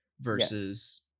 versus